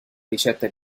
ricetta